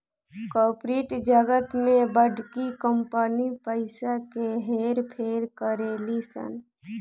corporate जगत में बड़की कंपनी पइसा के हेर फेर करेली सन